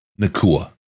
Nakua